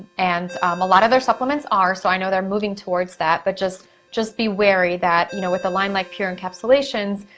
and um a lot of their supplements are, so i know they're moving towards that, but just just be weary that you know with a line like pure encapsulations,